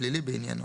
פלילי בעניינו".